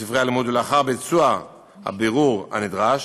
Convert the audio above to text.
ולאחר ביצוע הבירור הנדרש,